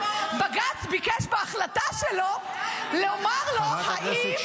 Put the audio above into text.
בג"ץ ביקש בהחלטה שלו לומר לו אם האיסור -- אדוני היושב-ראש,